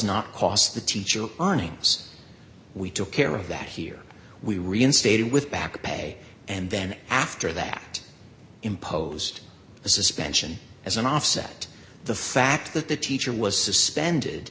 not cost the teacher earnings we took care of that here we reinstated with back pay and then after that imposed the suspension as an offset the fact that the teacher was suspended